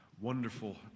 wonderful